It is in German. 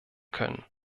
können